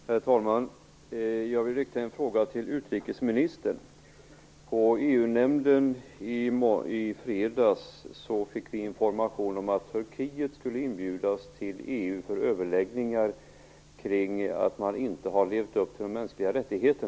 Herr talman! Jag vill rikta en fråga till utrikesministern. På EU-nämnden i fredags fick vi information om att Turkiet skulle inbjudas till EU för överläggningar kring detta att man i Turkiet inte har rett ut situationen när det gäller mänskliga rättigheter.